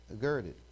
girded